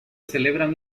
celebran